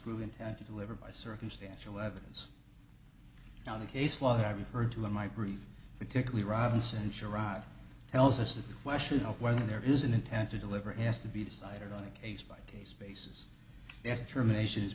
prove intent to deliver by circumstantial evidence now the case law that i referred to in my brief particularly robinson sharod tells us that the question of whether there is an intent to deliver as to be decided on a case by case basis et rumination